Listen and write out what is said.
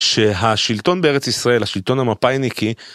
שהשלטון בארץ ישראל, השלטון המפא״יניקי